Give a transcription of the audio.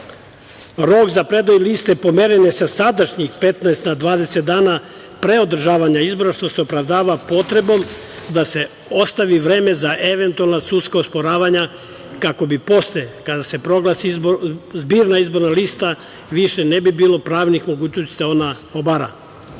za predaju liste pomeren je sa sadašnjih 15 na 20 dana pre održavanja izbora, što se opravdava potrebom da se ostavi vreme za eventualna sudska osporavanja, kako bi posle, kada se proglasi zbirna izborna lista više ne bi bilo pravnih mogućnosti